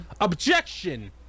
OBJECTION